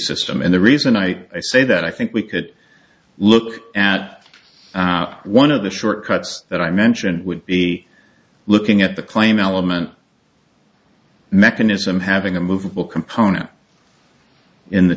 system and the reason i say that i think we could look at one of the short cuts that i mentioned would be looking at the claim element mechanism having a movable component in the